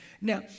Now